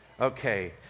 Okay